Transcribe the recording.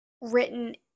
written